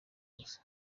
gusa